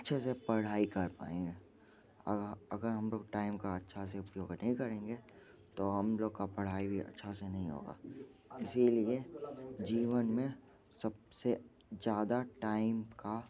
तो अच्छे से पढ़ाई कर पाएँगे अगर अगर हम लोग टाइम का अच्छा से उपयोग नहीं करेंगे तो हम लोग का पढ़ाई भी अच्छा से नहीं होगा इसीलिए जीवन में सबसे ज़्यादा टाइम का